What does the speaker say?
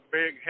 big